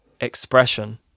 expression